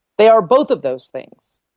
they are both of those things.